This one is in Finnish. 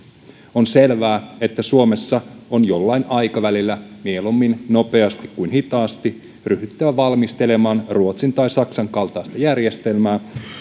on selvää että suomessa on jollain aikavälillä mieluummin nopeasti kuin hitaasti ryhdyttävä valmistelemaan ruotsin tai saksan kaltaista järjestelmää